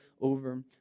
over